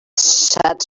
sat